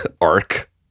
ARC